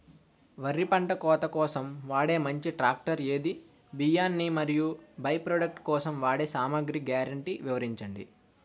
వరి పంట కోత కోసం వాడే మంచి ట్రాక్టర్ ఏది? బియ్యాన్ని మరియు బై ప్రొడక్ట్ కోసం వాడే సామాగ్రి గ్యారంటీ వివరించండి?